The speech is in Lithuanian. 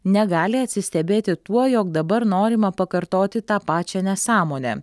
negali atsistebėti tuo jog dabar norima pakartoti tą pačią nesąmonę